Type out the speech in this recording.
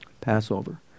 Passover